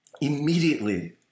Immediately